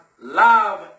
Love